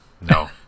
No